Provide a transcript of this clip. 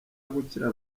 gukira